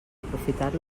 aprofitar